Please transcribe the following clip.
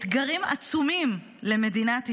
אתגרים עצומים למדינת ישראל,